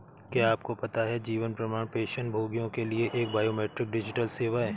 क्या आपको पता है जीवन प्रमाण पेंशनभोगियों के लिए एक बायोमेट्रिक डिजिटल सेवा है?